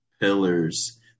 pillars